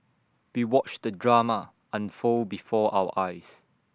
we watched the drama unfold before our eyes